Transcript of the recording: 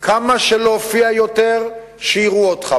כמה שאופיע יותר, שיראו אותך.